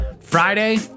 friday